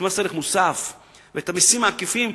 את מס ערך מוסף ואת המסים העקיפים,